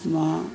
मां